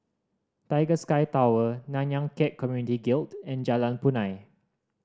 Tiger Sky Tower Nanyang Khek Community Guild and Jalan Punai